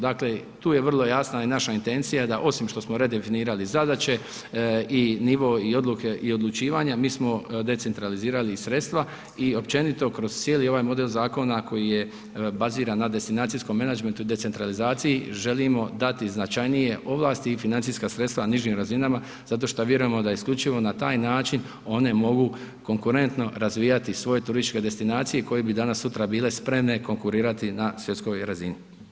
Dakle, tu je vrlo jasna i naša intencija da osim što smo redefinirali zadaće i nivo i odluke i odlučivanja mi smo decentralizirali i sredstava i općenito kroz cijeli ovaj model zakona koji je baziran na destinacijskom menadžmentu i decentralizaciji želimo dati značajnije ovlasti i financijska sredstava nižim razinama zato šta vjerujemo da isključivo na taj način one mogu konkurentno razvijati svoje turističke destinacije koje bi danas sutra bile spremne konkurirati na svjetskoj razini.